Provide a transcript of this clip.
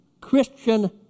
Christian